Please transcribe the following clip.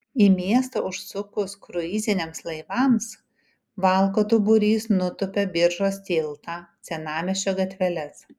į miestą užsukus kruiziniams laivams valkatų būrys nutūpia biržos tiltą senamiesčio gatveles